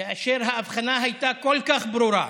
כאשר האבחנה הייתה כל כך ברורה,